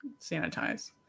sanitize